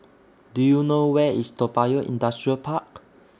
Do YOU know Where IS Toa Payoh Industrial Park